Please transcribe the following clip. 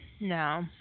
No